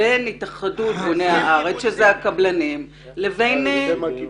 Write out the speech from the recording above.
זה הסכם בין התאחדות בוני הארץ שזה הקבלנים לבין ההסתדרות.